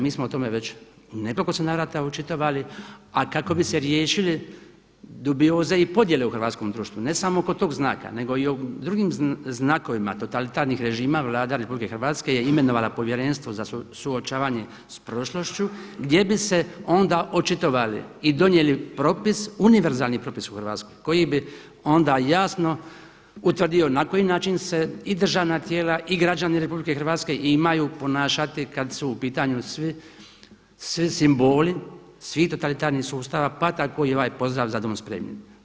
Mi smo o tome već u nekoliko navrata se očitovali a kako bi se riješili dubioza i podjele u hrvatskom društvu, ne samo kod tog znaka nego i drugih znakova totalitarnih režima Vlada RH je imenovala Povjerenstvo za suočavanje s prošlošću gdje bi se onda očitovali i donijeli propis, univerzalni propis u Hrvatskoj koji bi onda jasno utvrdio na koji način se i državna tijela i građani RH imaju ponašati kada su u pitanju svi simboli, svih totalitarnih sustava, pa tako i ovaj pozdrav „za dom spremni“